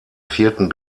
vierten